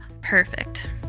Perfect